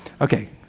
Okay